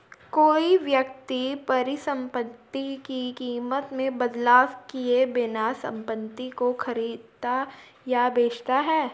कोई व्यक्ति परिसंपत्ति की कीमत में बदलाव किए बिना संपत्ति को खरीदता या बेचता है